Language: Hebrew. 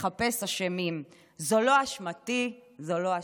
לחפש אשמים / זאת לא אשמתי / זאת לא אשמתי".